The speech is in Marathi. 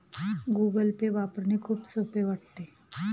गूगल पे वापरणे खूप सोपे वाटते